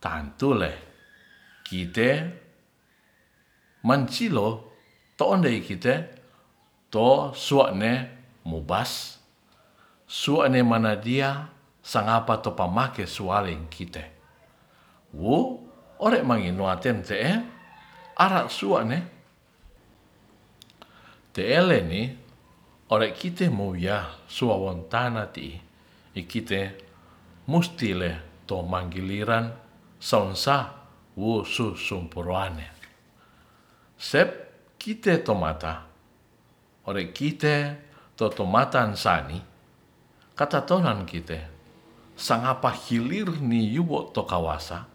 tantule kite mensilo tondei kite to suane mubas suane manadia sangapa to pamake sualeng kite wu ore mangnuaten te'e ara suane te'eleni ore kitemuwiya suwawentanati ikite mustile tomanngiliran saunsa wu susumpuruane sep kite tomata ore' kite totomatan sani katatonan kite sangapa hilirni yubo to kawasa.